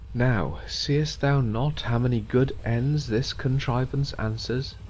now seest thou not, how many good ends this contrivance answers?